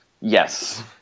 Yes